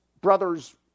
brother's